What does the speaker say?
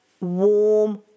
warm